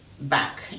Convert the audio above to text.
back